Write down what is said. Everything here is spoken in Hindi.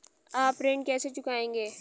आप ऋण कैसे चुकाएंगे?